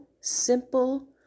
simple